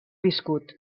viscut